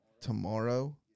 tomorrow